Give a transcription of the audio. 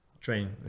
train